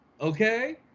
okay